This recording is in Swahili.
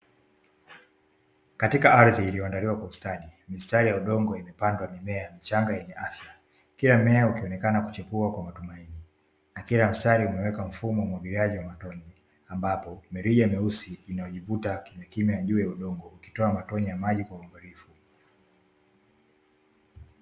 Katika ardhi iliyoandaliwa kwa ustadi mistari ya udongo imepandwa mimea michanga yenye afya. Kila mmea ukionekana kuchepua kwa matumaini na kila mstari umewekwa mfumo wa umwagiliaji wa matone. Ambapo mirija meusi inajivuta kimyakimya juu ya udongo ikitoa matone ya maji kwa uangalifu.